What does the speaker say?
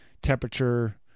temperature